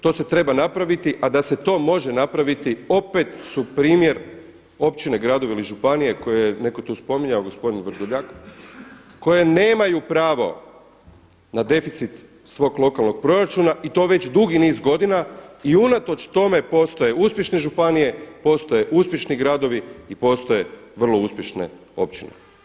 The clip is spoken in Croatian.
To se treba napraviti, a da se to može napraviti opet su primjer općine, gradovi ili županije koje je netko tu spominjao, gospodin Vrdoljak koje nemaju pravo na deficit svog lokalnog proračuna i to već dugi niz godina i unatoč tome postoje uspješne županije, postoje uspješni gradovi i postoje vrlo uspješne općine.